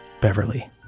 Beverly